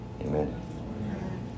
Amen